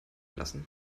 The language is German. lassen